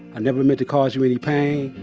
i never meant to cause you any pain.